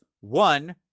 one